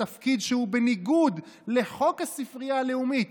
תפקיד שהוא בניגוד לחוק הספרייה הלאומית.